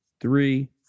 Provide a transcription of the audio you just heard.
three